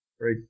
right